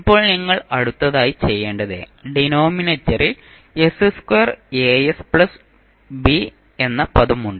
ഇപ്പോൾ നിങ്ങൾ അടുത്തതായി ചെയ്യേണ്ടത് ഡിനോമിനേറ്ററിൽ എന്ന പദം ഉണ്ട്